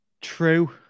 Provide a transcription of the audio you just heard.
True